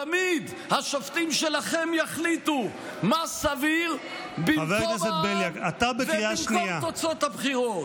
תמיד השופטים שלכם יחליטו מה סביר במקום העם ובמקום תוצאות הבחירות.